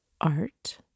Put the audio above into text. art